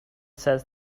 says